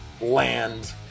land